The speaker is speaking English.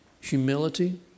humility